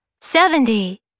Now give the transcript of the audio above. seventy